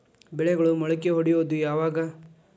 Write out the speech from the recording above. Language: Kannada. ಬೆಳೆಗಳು ಮೊಳಕೆ ಒಡಿಯೋದ್ ಯಾವಾಗ್?